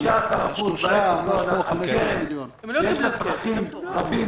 אנחנו חושבים שערבות של 15% בעת הזו בקרן שיש לה צרכים רבים,